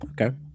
okay